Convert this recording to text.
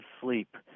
sleep